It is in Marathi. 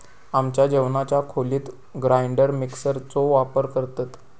आमच्या जेवणाच्या खोलीत ग्राइंडर मिक्सर चो वापर करतत